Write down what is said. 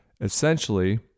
Essentially